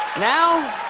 now